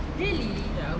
really